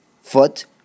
foot